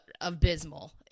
abysmal